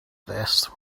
this